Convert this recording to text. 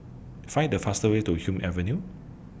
Find The fast Way to Hume Avenue